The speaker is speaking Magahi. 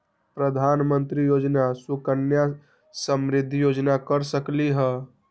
प्रधानमंत्री योजना सुकन्या समृद्धि योजना कर सकलीहल?